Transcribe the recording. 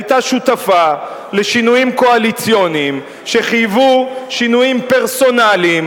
היתה שותפה לשינויים קואליציוניים שחייבו שינויים פרסונליים,